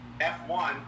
F1